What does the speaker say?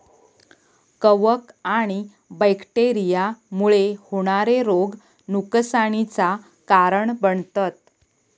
कवक आणि बैक्टेरिया मुळे होणारे रोग नुकसानीचा कारण बनतत